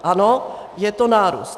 Ano, je to nárůst.